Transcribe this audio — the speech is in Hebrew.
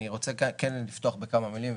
אני רוצה כן לפתוח בכמה מילים,